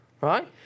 right